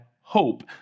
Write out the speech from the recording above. hope